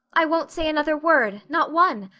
i won't say another word not one.